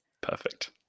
Perfect